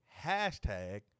Hashtag